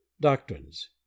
Doctrines